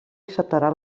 acceptarà